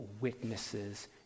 witnesses